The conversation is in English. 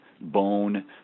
bone